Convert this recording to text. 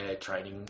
training